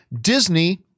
Disney